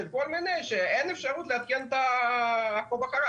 של כל מיני גורמים שאין אפשרות לעדכן את העקוב אחרי,